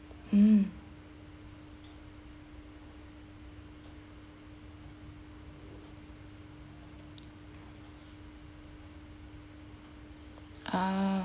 hmm ah